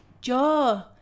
Joe